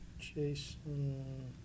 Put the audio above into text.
Jason